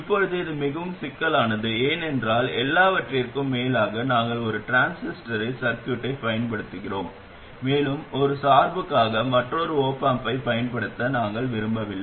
இப்போது இது மிகவும் சிக்கலானது ஏனென்றால் எல்லாவற்றிற்கும் மேலாக நாங்கள் ஒரு டிரான்சிஸ்டர் சர்க்யூட்டைப் பார்க்கிறோம் மேலும் ஒரு சார்புக்காக மற்றொரு op amp ஐப் பயன்படுத்த நாங்கள் விரும்பவில்லை